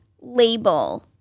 label